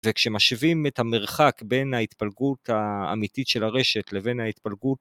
וכשמשווים את המרחק בין ההתפלגות האמיתית של הרשת לבין ההתפלגות...